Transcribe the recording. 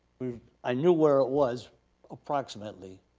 i knew where it was approximately,